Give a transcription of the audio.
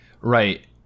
Right